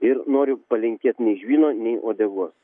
ir noriu palinkėt nei žvyno nei uodegos